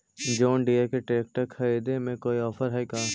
जोन Deere के tractor खरिदे में कोई औफर है का?